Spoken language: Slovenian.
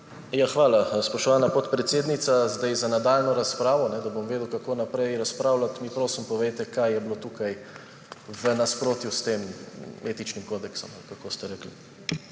Hvala, spoštovana podpredsednica. Za nadaljnjo razpravo, da bom vedel, kako naprej razpravljati, mi prosim povejte, kaj je bilo tukaj v nasprotju s tem etičnim kodeksom ali kako ste rekli.